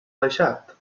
deixat